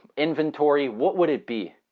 inventory, what would it be?